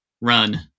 run